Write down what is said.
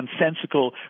nonsensical